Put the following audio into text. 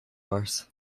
worse